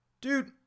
dude